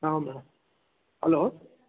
ಹಾಂ madam hello